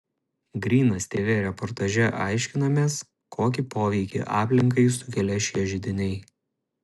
grynas tv reportaže aiškinamės kokį poveikį aplinkai sukelia šie židiniai